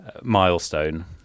milestone